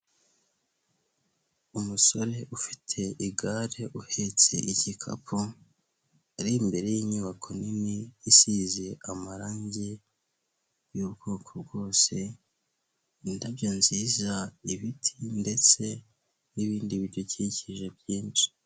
Umusore ufite igare uhetse igikapu ari imbere y'inyubako nini isize amarangi y'ubwoko bwose, indabyo nziza ibiti ndetse n'ibindi bidukikije byinshi.